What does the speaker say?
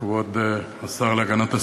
תודה רבה, כבוד השר להגנת הסביבה,